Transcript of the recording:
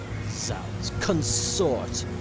zounds, consort!